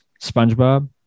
Spongebob